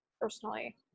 personally